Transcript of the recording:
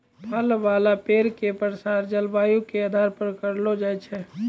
फल वाला पेड़ के प्रसार जलवायु के आधार पर करलो जाय छै